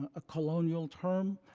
a colonial term.